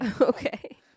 okay